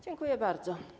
Dziękuję bardzo.